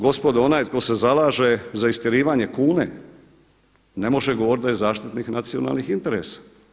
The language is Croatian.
Gospodo onaj tko se zalaže za istjerivanje kune ne može govoriti da je zaštitnik nacionalnih interesa.